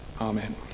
Amen